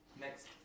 Next